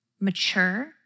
mature